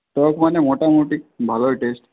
টক মানে মোটামুটি ভালোই টেস্ট